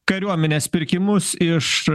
kariuomenės pirkimus iš